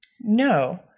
No